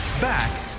Back